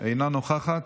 אינה נוכחת,